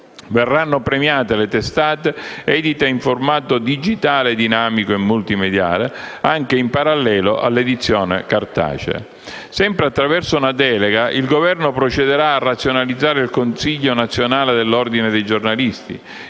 Verranno premiate le testate edite in formato digitale dinamico e multimediale, anche in parallelo all'edizione cartacea. Sempre attraverso una delega, il Governo procederà a razionalizzare il Consiglio nazionale dell'Ordine dei giornalisti.